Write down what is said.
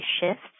shifts –